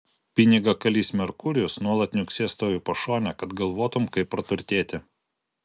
pinigakalys merkurijus nuolat niuksės tau į pašonę kad galvotum kaip praturtėti